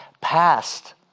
past